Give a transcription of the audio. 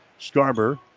Scarber